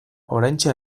oraintxe